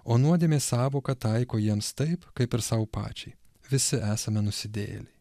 o nuodėmės sąvoką taiko jiems taip kaip ir sau pačiai visi esame nusidėjėliai